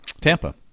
Tampa